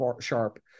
Sharp